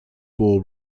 bore